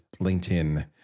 LinkedIn